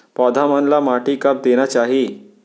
पौधा मन ला माटी कब देना चाही?